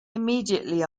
immediately